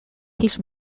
his